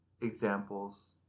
examples